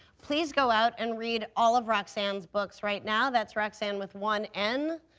please go out and read all of roxane's books right now. that's roxane with one n.